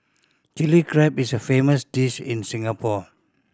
Chilli Crab is a famous dish in Singapore